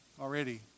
already